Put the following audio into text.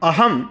अहं